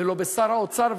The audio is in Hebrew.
ולא בשר האוצר,